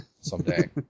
someday